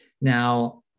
Now